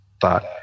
thought